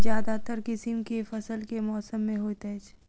ज्यादातर किसिम केँ फसल केँ मौसम मे होइत अछि?